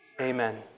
amen